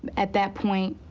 at that point,